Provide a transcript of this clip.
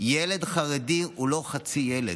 ילד חרדי הוא לא חצי ילד.